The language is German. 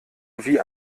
wie